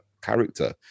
character